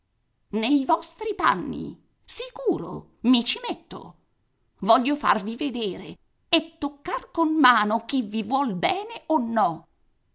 nei vostri panni sicuro mi ci metto voglio farvi vedere e toccar con mano chi vi vuol bene o no